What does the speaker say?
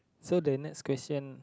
so the next question